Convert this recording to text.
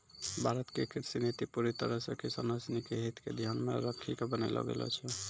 भारत के कृषि नीति पूरी तरह सॅ किसानों सिनि के हित क ध्यान मॅ रखी क बनैलो गेलो छै